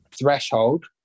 threshold